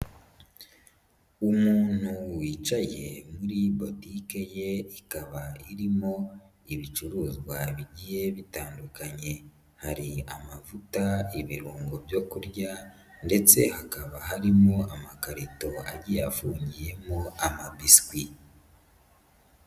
Umuntu wicaye muri botike ye ikaba irimo ibicuruzwa bigiye bitandukanye, hari amavuta, ibirungo byo kurya ndetse hakaba harimo amakarito afungiyemo amabiswi.